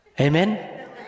Amen